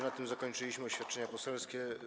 Na tym zakończyliśmy oświadczenia poselskie.